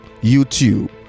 YouTube